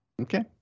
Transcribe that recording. Okay